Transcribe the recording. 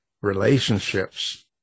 relationships